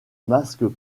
masques